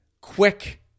quick